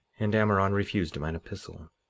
and ammoron refused mine epistle,